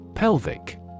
Pelvic